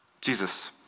Jesus